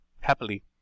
happily